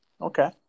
Okay